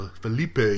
Felipe